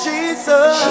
Jesus